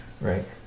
Right